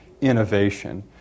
innovation